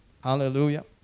Hallelujah